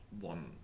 one